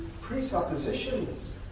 presuppositions